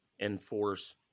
enforce